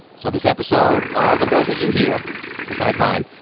so this episode, all the voices you hear besides mine,